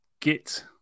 Git